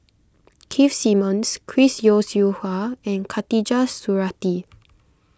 Keith Simmons Chris Yeo Siew Hua and Khatijah Surattee